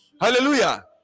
Hallelujah